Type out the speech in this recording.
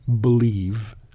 believe